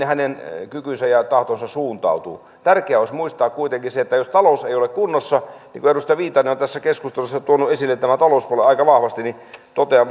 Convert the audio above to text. hänen kykynsä ja tahtonsa suuntautuu tärkeää olisi muistaa kuitenkin se että talouden pitäisi olla kunnossa niin kuin edustaja viitanen on tässä keskustelussa tuonut esille tämän talouspuolen aika vahvasti totean